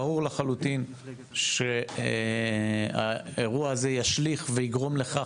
ברור לחלוטין שהאירוע הזה ישליך ויגרום לכך